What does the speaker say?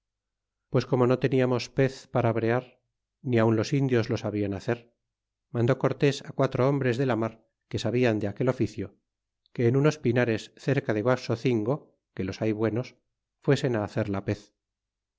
pues como no teniamos pez para brear ni aun los indios lo sabían hacer mandó cortes quatro hombres de la mar que sabian de aquel oficio que en unos pinares cerca de guaxocingo que los hay buenos fuesen hacer la pez